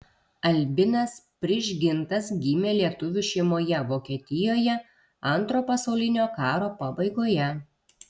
albinas prižgintas gimė lietuvių šeimoje vokietijoje antro pasaulinio karo pabaigoje